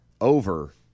over